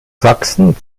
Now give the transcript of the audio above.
sachsen